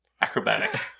acrobatic